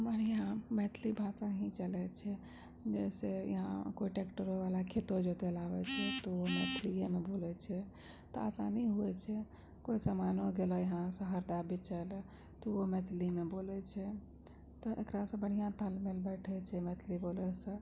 हमर यहाँ मैथिली भाषा ही चलय छै जैसे यहाँ कोइ ट्रैक्टरवला खेतो जोतय लए आबय छै तऽ ओ मैथिलियेमे बोलय छै तऽ आसानी होइ छै कोइ सामानो गेलय हइ शहर बेचय लए तऽ ओहो मैथिलीमे बोलय छै तऽ एकरासँ बढ़िआँ तालमेल बैठय छै मैथिली बोलयसँ